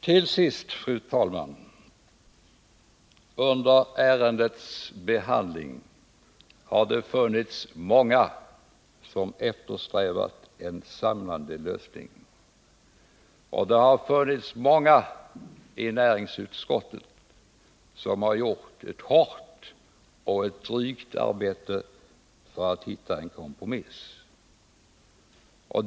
Till sist, fru talman: Under ärendets behandling har det varit många som eftersträvat en samlande lösning, och det har funnits många i näringsutskottet som gjort ett hårt och drygt arbete för att hitta en kompromiss.